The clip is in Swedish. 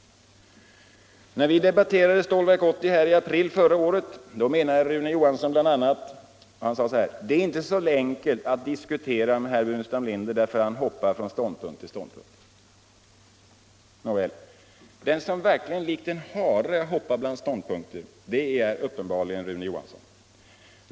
När vi diskuterade Stålverk 80 här i april förra året sade Rune Johansson bl.a. att ”det inte är så enkelt att diskutera med herr Burenstam Linder därför att han hoppar från ståndpunkt till ståndpunkt”. Nåväl, den som verkligen likt en hare hoppat bland ståndpunkterna är uppenbarligen Rune Johansson.